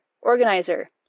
organizer